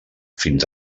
fins